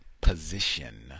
position